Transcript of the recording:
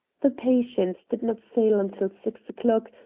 the patience did not sail until six o'clock,